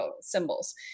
symbols